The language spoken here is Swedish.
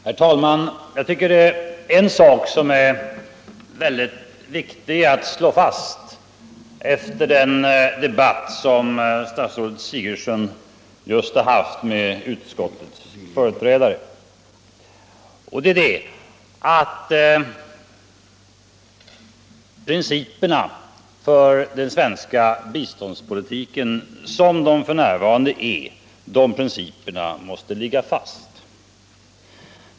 Herr talman! Jag tycker att det är mycket viktigt att slå fast en sak efter den debatt som statsrådet Sigurdsen just har haft med utskottets företrädare. Principerna för den svenska biståndspolitiken måste ligga fast.